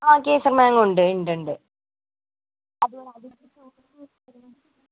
ആ കേസർ മാംഗോ ഉണ്ട് ഉണ്ടുണ്ട്